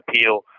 appeal